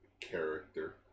character